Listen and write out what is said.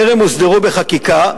טרם הוסדרו בחקיקה,